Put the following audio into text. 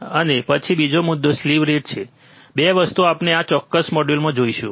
અને પછી બીજો મુદ્દો સ્લીવ રેટ છે 2 વસ્તુઓ આપણે આ ચોક્કસ મોડ્યુલમાં જોઈશું